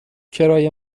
کرایه